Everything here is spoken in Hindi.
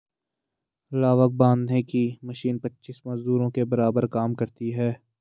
लावक बांधने की मशीन पच्चीस मजदूरों के बराबर काम करती है